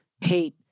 hate